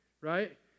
right